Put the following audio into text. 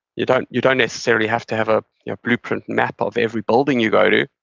you don't you don't necessarily have to have a blueprint map of every building you go to,